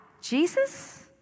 Jesus